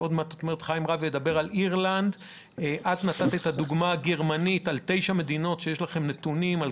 את דיברת על תשע מדינות שבהן יש לכם נתונים של